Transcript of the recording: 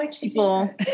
people